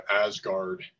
Asgard